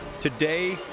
Today